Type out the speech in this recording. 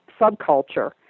subculture